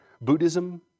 Buddhism